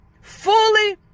fully